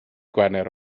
gwener